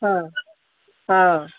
ହଁ ହଁ